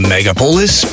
Megapolis